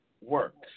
works